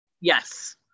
yes